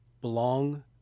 Belong